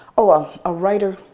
ah a writer,